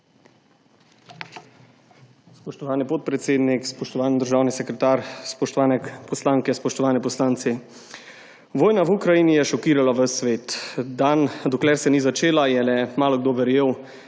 Spoštovani podpredsednik, spoštovani državni sekretar, spoštovane poslanke, spoštovani poslanci! Vojna v Ukrajini je šokirala ves svet. Dokler se ni začela, je le malokdo verjel,